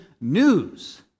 news